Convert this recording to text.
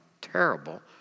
terrible